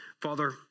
Father